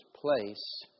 place